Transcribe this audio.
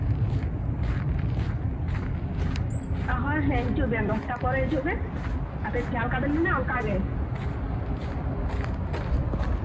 ᱦᱳᱭ ᱦᱮᱸ ᱦᱤᱡᱩᱜ ᱵᱮᱱ ᱫᱚᱥᱴᱟ ᱯᱚᱨᱮ ᱦᱤᱡᱩᱜ ᱵᱮᱱ ᱟᱵᱮᱱ ᱡᱟᱦᱟᱸᱞᱮᱠᱟ ᱵᱮᱱ ᱢᱮᱱᱟ ᱚᱱᱠᱟ ᱜᱮ